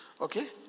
Okay